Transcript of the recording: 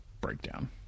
breakdown